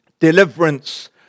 deliverance